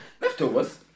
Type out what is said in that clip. Leftovers